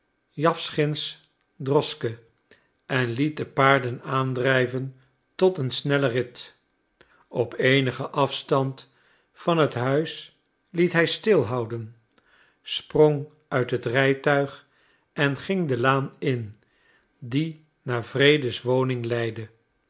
jawschins droschke en liet de paarden aandrijven tot een snellen rit op eenigen afstand van het huis liet hij stil houden sprong uit het rijtuig en ging de laan in die naar wrede's woning leidde